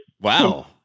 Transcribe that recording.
Wow